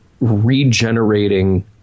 regenerating